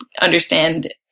understand